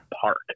park